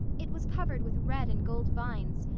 it was covered with red and gold vines,